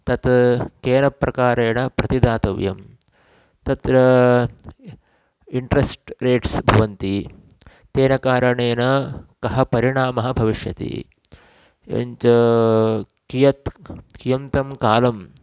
तत् केन प्रकारेण प्रतिदातव्यं तत्र इण्ट्रेस्ट् रेट्स् भवन्ति तेन कारणेन कः परिणामः भविष्यति एवं कियत् कियन्तं कालं